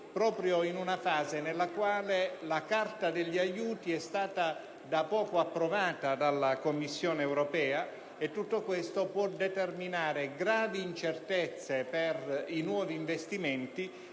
proprio in una fase nella quale la carta degli aiuti è stata da poco approvata dalla Commissione europea. Tutto questo può determinare gravi incertezze per i nuovi investimenti